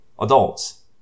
Adults